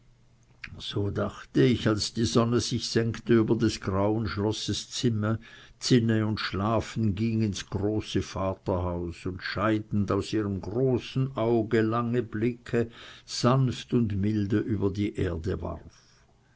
so dachte ich als die sonne sich senkte über des grauen schlosses zinne und schlafen ging ins große vaterhaus und scheidend aus ihrem großen auge lange blicke sanft und mild über die erde warf